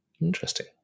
Interesting